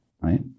right